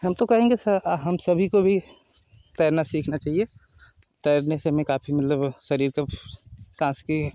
हम तो कहेंगे सा हम सभी को भी तैरना सीखना चाहिए तैरने से हमें काफी मतलब शरीर को सांस की